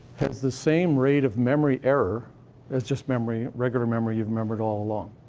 has the same rate of memory error as just memory regular memory you've remembered all along.